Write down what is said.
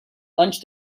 lunch